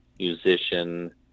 musician